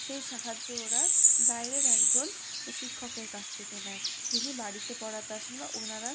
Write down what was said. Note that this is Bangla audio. সেই সাহায্য ওরা বাইরের একজন শিক্ষকের কাছ থেকে নেয় যিনি বাড়িতে পড়াতে আসেন বা ওনারা